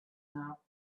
now